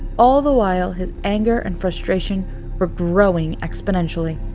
all the while his anger and frustration were growing exponentially.